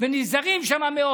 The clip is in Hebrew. ונזהרים שם מאוד.